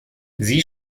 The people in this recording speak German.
sie